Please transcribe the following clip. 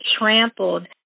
trampled